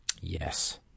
Yes